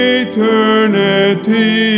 eternity